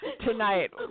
tonight